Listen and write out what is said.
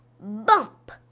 bump